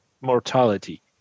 mortality